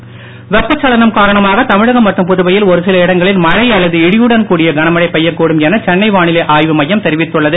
மழை வெப்பச் சலனம் காரணமாக தமிழகம் மற்றும் புதுவையில் ஒருசில இடங்களில் மழை அல்லது இடியுடன் கூடிய கனமழை பெய்யக் கூடும் என சென்னை வானிலை ஆய்வு மையம் தெரிவித்துள்ளது